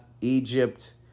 Egypt